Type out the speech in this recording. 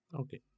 Okay